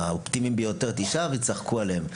האופטימיים ביותר תשעה וצחקו עלינו.